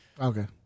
Okay